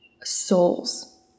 souls